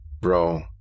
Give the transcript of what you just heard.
Bro